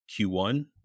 Q1